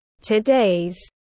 Today's